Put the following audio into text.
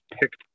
picked